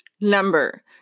number